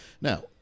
Now-